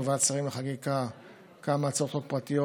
אישרנו בוועדת השרים לחקיקה כמה הצעות חוק פרטיות